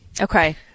Okay